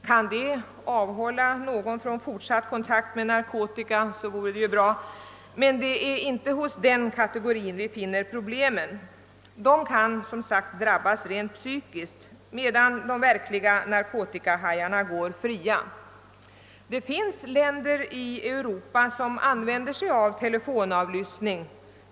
Kan detta avhålla någon från fortsatt kontakt med narkotika, är det bra, men det är inte hos den kategorin vi finner de stora problemen. Dessa människor kan som sagt drabbas rent psykiskt, medan de verkliga narkotikahajarna går fria. Vi vet att det finns länder i Europa där man använder telefonavlyssning.